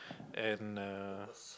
and uh